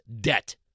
debt